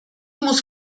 muss